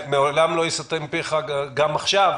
לעולם לא ייסתם פיך גם עכשיו,